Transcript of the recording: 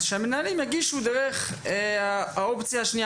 אז שהמנהלים יגישו דרך האופציה השנייה,